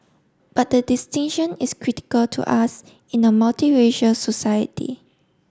but the distinction is critical to us in a multiracial society